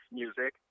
music